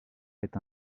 est